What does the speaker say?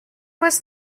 was